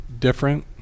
different